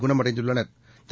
குண்மடைந்துள்ளனா்